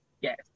Yes